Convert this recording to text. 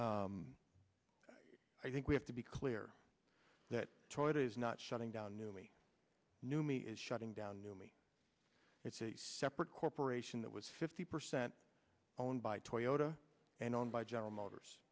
i i think we have to be clear that troy it is not shutting down new me new me is shutting down new me it's a separate corporation that was fifty percent owned by toyota and owned by general motors